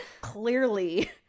clearly